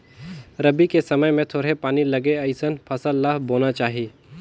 रबी के समय मे थोरहें पानी लगे अइसन फसल ल बोना चाही